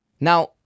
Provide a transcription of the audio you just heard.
now